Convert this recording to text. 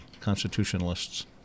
constitutionalists